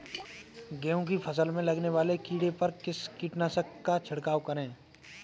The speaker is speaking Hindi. गेहूँ की फसल में लगने वाले कीड़े पर किस कीटनाशक का छिड़काव करें?